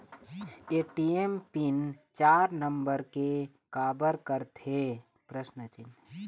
ATM pin चार number के काबर करथे?